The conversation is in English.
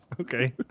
Okay